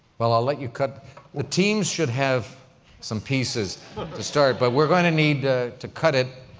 well, i'll let you cut the teams should have some pieces to start, but we're going to need to cut it.